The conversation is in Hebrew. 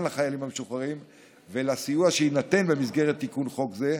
לחיילים המשוחררים ולסיוע שיינתן במסגרת תיקון חוק זה,